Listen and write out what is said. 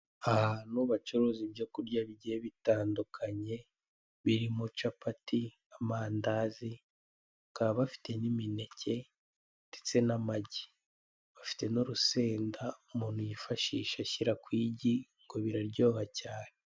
Ahantu bacuruza ibyo kurya bigiye bitandukanye birimo capati, amandazi bakaba bafite n'imineke ndetse n'amagi bafite n'urusenda umuntu yifashisha ashyira ku igi ngo biraryoha cyane.